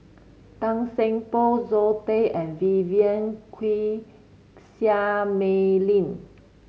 Tan Seng Poh Zoe Tay and Vivien Quahe Seah Mei Lin